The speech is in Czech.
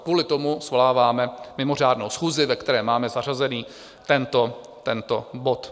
Kvůli tomu svoláváme mimořádnou schůzi, ve které máme zařazený tento bod.